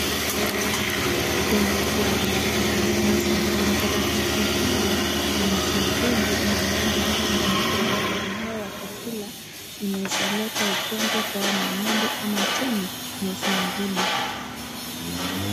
Kumekuwa na makaratasi, makaratasi hawa inaeza haribu mang'ombe hawa maanake mang'ombe hawa wakikula inaeza leta ugonjwa kwa hao mangombe ama tena inaweza haribu.